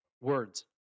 Words